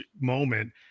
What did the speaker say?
moment